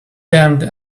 damned